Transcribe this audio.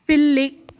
పిల్లి